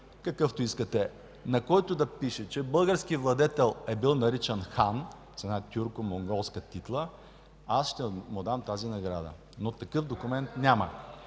какъвто искате, на който да пише, че български владетел е бил наричан „хан”, с една тюрко-монголска титла, аз ще му дам тази награда. Но такъв документ няма.